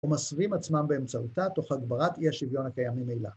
‫ומסווים עצמם באמצעותה ‫תוך הגברת אי השוויון הקיים ממילא.